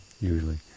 usually